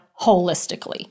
holistically